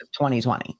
2020